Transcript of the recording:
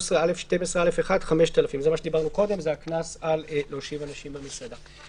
13א(1) 5,000. זה הקנס על הושבת אנשים במסעדה.